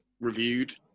reviewed